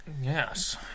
Yes